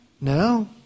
No